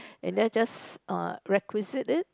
and then just uh requisite it